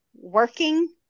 working